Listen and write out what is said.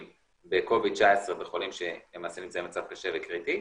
ב-19-COVID בחולים שנמצאים במצב קשה וקריטי,